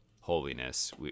holiness